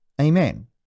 Amen